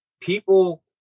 people